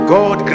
God